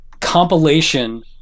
compilation